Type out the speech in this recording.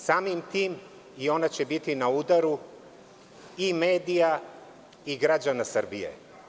Samim tim i ona će biti na udaru i medija i građana Srbije.